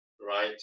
Right